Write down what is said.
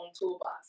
toolbox